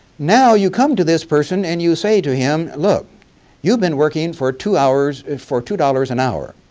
now you come to this person and you say to him, look you've been working for two hours, and for two dollars an hour.